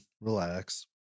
relax